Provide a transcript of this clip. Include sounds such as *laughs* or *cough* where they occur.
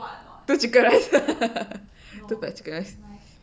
two chicken rice *laughs* two pack chicken rice